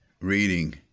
reading